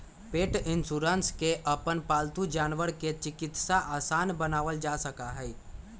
पेट insurance से अपन पालतू जानवर के चिकित्सा आसान बनावल जा सका हई